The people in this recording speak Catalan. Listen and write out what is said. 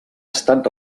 estat